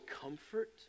comfort